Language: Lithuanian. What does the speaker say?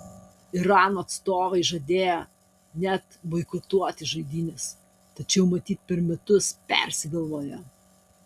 irano atstovai žadėjo net boikotuoti žaidynes tačiau matyt per metus persigalvojo